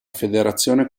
federazione